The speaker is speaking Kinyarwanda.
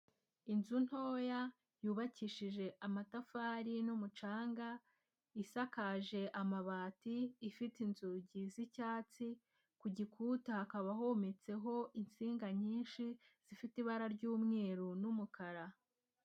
Inzu ntoya yubakishije amatafari n'umucanga, isakaje amabati, ifite inzugi z'icyatsi, ku gikuta hakaba hometseho insinga nyinshi zifite ibara ry'umweru n'umukara.